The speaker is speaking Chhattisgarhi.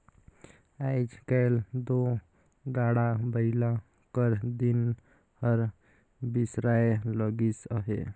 आएज काएल दो गाड़ा बइला कर दिन हर बिसराए लगिस अहे